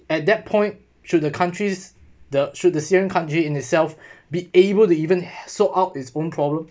at that point should the country's the should the syrian conflict in itself be able to even solve out its own problem